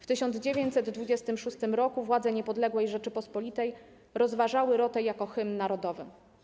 W 1926 roku władze niepodległej Rzeczypospolitej rozważały 'Rotę' jako hymn narodowy.